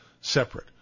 separate